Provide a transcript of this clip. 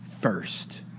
first